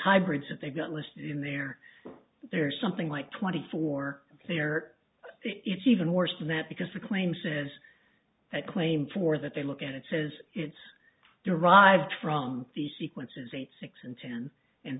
hybrids that they got listed in there there are something like twenty four there it's even worse than that because the claim says that claim for that they look at it says it's derived from the sequences eight six and ten and